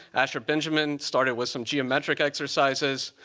asher benjamin started with some geometric exercises.